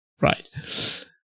Right